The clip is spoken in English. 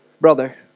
brother